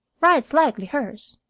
wright's likely hers.